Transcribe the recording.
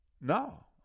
No